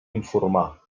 informar